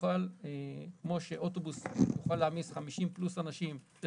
כמו שאוטובוס יכול להעמיס 50 אנשים ויותר